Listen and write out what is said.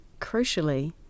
crucially